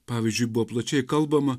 pavyzdžiui buvo plačiai kalbama